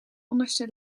onderste